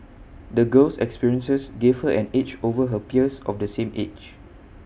the girl's experiences gave her an edge over her peers of the same age